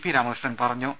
P Ramakrishnan പറഞ്ഞു